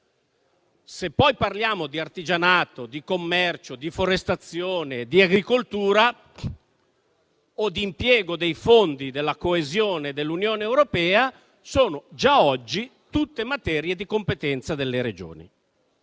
Se poi parliamo di artigianato, commercio, forestazione, agricoltura o impiego dei fondi di coesione dell'Unione europea, anche queste sono già oggi tutte materie di competenza delle Regioni.